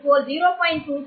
24 0